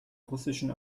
russischen